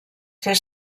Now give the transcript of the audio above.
fer